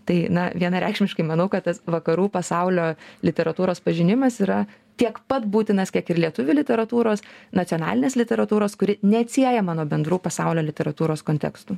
tai na vienareikšmiškai manau kad tas vakarų pasaulio literatūros pažinimas yra tiek pat būtinas kiek ir lietuvių literatūros nacionalinės literatūros kuri neatsiejama nuo bendrų pasaulio literatūros tekstų